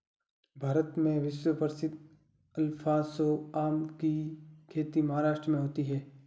भारत में विश्व प्रसिद्ध अल्फांसो आम की खेती महाराष्ट्र में होती है